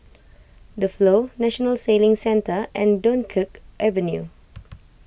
the Flow National Sailing Centre and Dunkirk Avenue